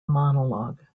monologue